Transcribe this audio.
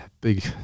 big